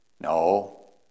No